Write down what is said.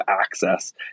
access